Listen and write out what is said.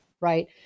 Right